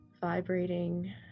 vibrating